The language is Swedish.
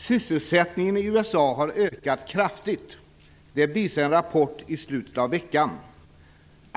"Sysselsättningen i USA har ökat kraftigt. Det visade en rapport i slutet av veckan.